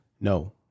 No